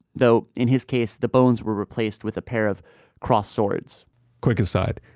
though in his case, the bones were replaced with a pair of crossed swords quick aside,